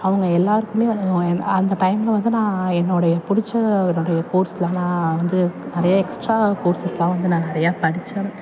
அவங்க எல்லாருக்குமே அந்த டைம்மில் வந்து நான் என்னுடைய பிடிச்ச என்னுடைய கோர்ஸ் எல்லாம் நான் வந்து நிறையா எக்ஸ்ட்ரா கோர்ஸஸ் தான் வந்து நான் நிறையா படிச்சேன்